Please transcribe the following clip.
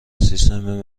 سیستم